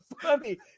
funny